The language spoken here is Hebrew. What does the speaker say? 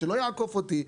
שלא יעקוף אותי,